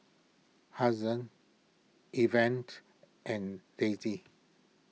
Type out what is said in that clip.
Hazen Event and Daisy